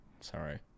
Sorry